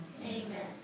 Amen